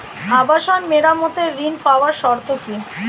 আবাসন মেরামতের ঋণ পাওয়ার শর্ত কি?